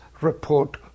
report